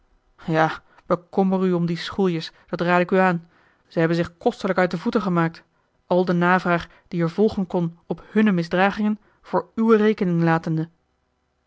ja bekommer u om die schoeljes dat rade ik u aan ze hebben zich kostelijk uit de voeten gemaakt al de navraag die er volgen kon op hunne misdragingen voor uwe rekening latende